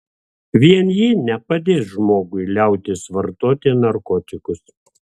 vien ji nepadės žmogui liautis vartoti narkotikus